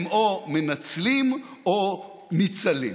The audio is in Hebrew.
הם או מנצלים או ניצלים.